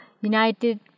United